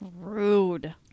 rude